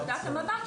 בואו נתקדם.